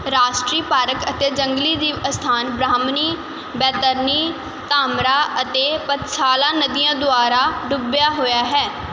ਰਾਸ਼ਟਰੀ ਪਾਰਕ ਅਤੇ ਜੰਗਲੀ ਜੀਵ ਅਸਥਾਨ ਬ੍ਰਾਹਮਣੀ ਬੈਤਰਣੀ ਧਾਮਰਾ ਅਤੇ ਪਥਸਾਲਾ ਨਦੀਆਂ ਦੁਆਰਾ ਡੁੱਬਿਆ ਹੋਇਆ ਹੈ